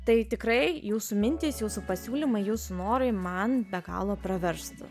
tai tikrai jūsų mintys jūsų pasiūlymai jūsų norai man be galo praverstų